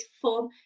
form